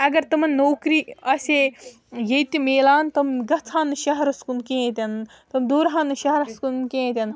اگر تِمَن نوکری آسہِ ہے ییٚتہِ مِلان تِم گژھٕ ہن نہٕ شَہرَس کُن کِہیٖنۍ تہِ نہٕ تِم دوٗرہن نہٕ شَہرَس کُن کِہیٖنۍ تہِ نہٕ